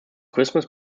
christmas